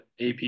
AP